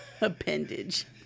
Appendage